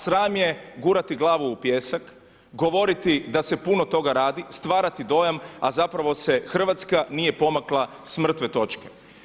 Sram je gurati glavu u pijesak, govoriti da se puno toga radi, stvarati dojam a zapravo se Hrvatska nije pomakla s mrtve toče.